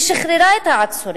היא שחררה את העצורים,